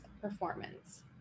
performance